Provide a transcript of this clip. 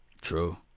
True